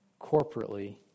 corporately